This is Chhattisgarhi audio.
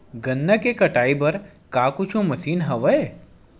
गन्ना के कटाई बर का कुछु मशीन हवय?